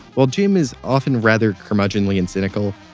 while jim is often rather curmudgeonly and cynical,